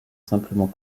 simplement